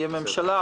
תהיה ממשלה,